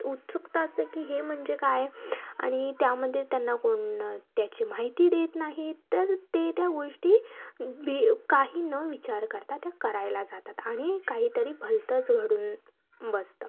उत्सुकता असते की हे म्हणजे काय आणि त्यामध्ये त्यांना कोण त्याची माहिती देत नाहीत तर ते त्या गोष्टी भि काही न विचार करता त्या करायला जातात आणि काहीतरी भलतंच घडून बसतं